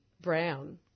brown